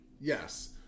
Yes